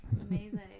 Amazing